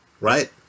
Right